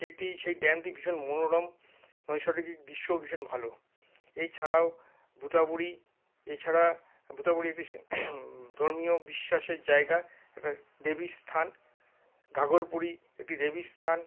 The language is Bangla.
সেই সেই ড্যামটি ভীষণ মনোরম নৈসর্গিক দৃশ্যও ভীষণ ভালো এই ছাড়াও ভুতাবুড়ি এই ছাড়া ভুতাবুড়ি একটি ধর্মীয় বিশ্বাসের জায়গা একটা দেবীস্থান ঘাগরপুরী একটি দেবীস্থান